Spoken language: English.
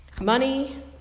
Money